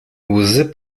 łzy